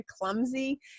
clumsy